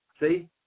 see